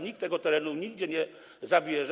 Nikt tego terenu nigdzie nie zabierze.